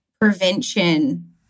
prevention